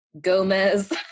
Gomez